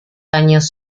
años